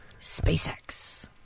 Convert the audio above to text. SpaceX